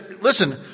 listen